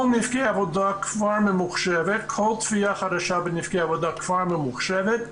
כל תביעה חדשה בנפגעי העבודה כבר ממוחשבת,